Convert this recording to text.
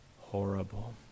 horrible